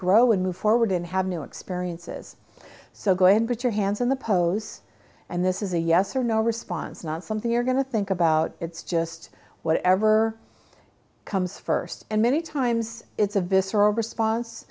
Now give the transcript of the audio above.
grow and move forward in have new experiences so go and get your hands on the pose and this is a yes or no response not something you're going to think about it's just whatever comes first and many times it's a visceral response